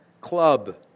club